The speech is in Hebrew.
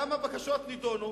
כמה בקשות נדונו,